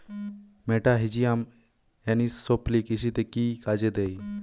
মেটাহিজিয়াম anisopliae কৃষিতে কি কাজে দেয়?